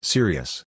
Serious